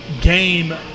game